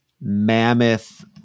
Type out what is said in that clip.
Mammoth